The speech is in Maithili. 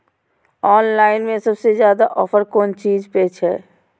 ऑनलाइन में सबसे ज्यादा ऑफर कोन चीज पर छे?